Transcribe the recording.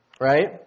Right